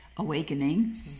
awakening